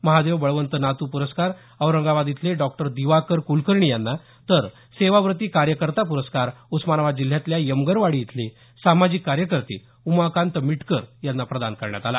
महादेव बळवंत नातू प्रस्कार औरंगाबाद इथले डॉ दिवाकर क्लकर्णी यांना तर सेवाव्रती कार्यकर्ता प्रस्कार उस्मानाबाद जिल्ह्यातल्या यमगरवाडी इथले सामाजिक कार्यकर्ते उमाकांत मिटकर यांना प्रदान करण्यात आला